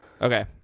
okay